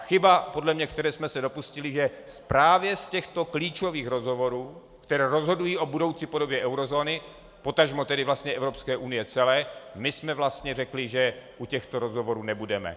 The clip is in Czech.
Chyba podle mě, které jsme se dopustili, že právě u těchto klíčových rozhovorů, které rozhodují o budoucí podobě eurozóny, potažmo Evropské unie celé, my jsme vlastně řekli, že u těchto rozhovorů nebudeme.